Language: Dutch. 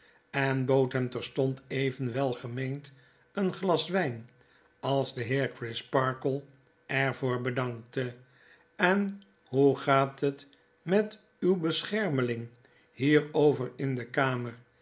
en bood hem terstond even welgemeend een glas wijn als de heer crisparkle er voor bedankte en hoe gaat het met uw beschermeling hier over in de kamer